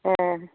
ए